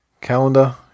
Calendar